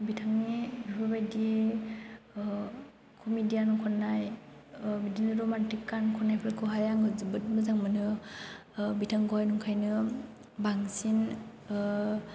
बिथांनि बेफोरबायदि कमिडियान खन्नाय बिदिनो रमान्टिक गान खन्नायफोरखौहाय आङो जोबोद मोजां मोनो बिथांखौहाय ओंखायनो बांसिन